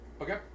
Okay